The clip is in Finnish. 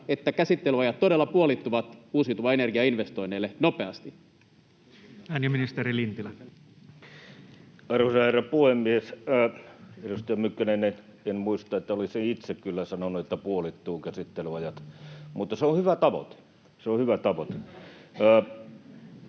että käsittelyajat todella puolittuvat uusiutuvan energian investoinneille nopeasti? Näin. — Ja ministeri Lintilä. Arvoisa herra puhemies! Edustaja Mykkänen, en muista, että olisin itse kyllä sanonut, että puolittuvat käsittelyajat, mutta se on hyvä tavoite — se on hyvä tavoite.